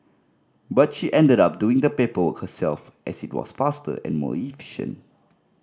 but she ended up doing the paperwork herself as it was faster and more efficient